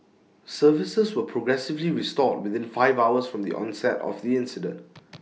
services were progressively restored within five hours from the onset of the incident